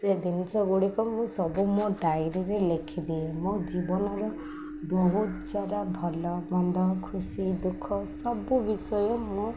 ସେ ଜିନିଷ ଗୁଡ଼ିକ ମୁଁ ସବୁ ମୋ ଡାଇରୀରେ ଲେଖି ଦିଏ ମୋ ଜୀବନର ବହୁତ ସାରା ଭଲ ମନ୍ଦ ଖୁସି ଦୁଃଖ ସବୁ ବିଷୟ ମୁଁ